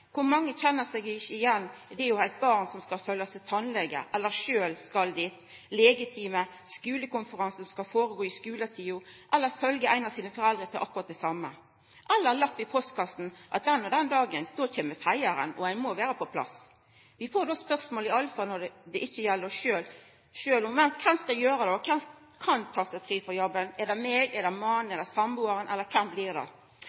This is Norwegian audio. Kor mange kjenner seg ikkje igjen i det å ha eit barn som skal følgjast til tannlege, eller at ein sjølv skal dit? Ein har skulekonferanse som skal skje i skuletida, ein har legetime eller skal følgja ein av foreldra til akkurat det same, eller det er lapp i postkassa om at den og den dagen kjem feiaren og ein må vera på plass. Vi får då spørsmålet, iallfall når det ikkje gjeld oss sjølve: Kven skal gjera det? Kven kan ta seg fri frå jobben? Er det meg, er det